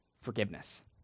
forgiveness